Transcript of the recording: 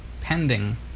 pending